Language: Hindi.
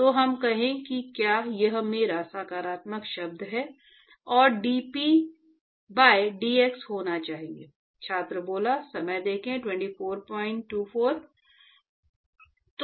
तो हम कहें कि क्या यह मेरा सकारात्मक शब्द है और dP by dx होना चाहिए